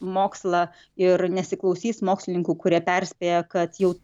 mokslą ir nesiklausys mokslininkų kurie perspėja kad jau